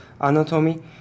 anatomy